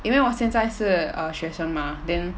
因为我现在是学生 mah then